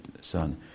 son